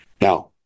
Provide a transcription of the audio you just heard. Now